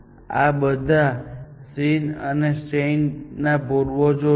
જો આ બધા આ SIN અને SAINT ના પૂર્વજો છે